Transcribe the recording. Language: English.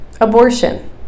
abortion